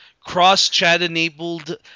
cross-chat-enabled